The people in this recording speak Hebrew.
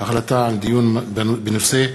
דיון מהיר בנושא: